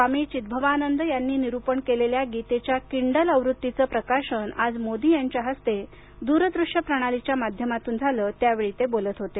स्वामी चित्भवानंद यांनी निरूपण केलेल्या गीतेच्या किंडल आवृत्तीचं प्रकाशन आज मोदी यांच्या हस्ते दूरदृश्य प्रणालीच्या माध्यमातून झालं त्यावेळी ते बोलत होते